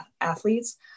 athletes